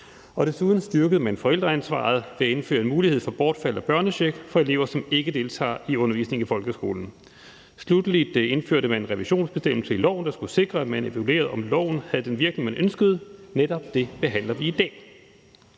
Desuden styrkede man forældreansvaret ved at indføre mulighed for bortfald af børnecheck for elever, som ikke deltager i undervisningen i folkeskolen. Sluttelig indførte man en revisionsbestemmelse i loven, der skulle sikre, at man evaluerede, om loven havde den virkning, man ønskede, og netop det behandler vi i dag.